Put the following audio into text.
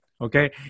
Okay